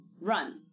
run